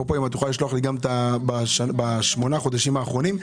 אם את יכולה לשלוח לי בשמונת החודשים האחרונים.